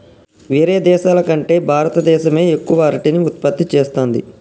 వేరే దేశాల కంటే భారత దేశమే ఎక్కువ అరటిని ఉత్పత్తి చేస్తంది